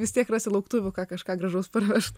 vis tiek rasi lauktuvių ką kažką gražaus parvežt